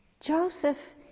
Joseph